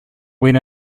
when